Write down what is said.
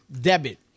Debit